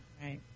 right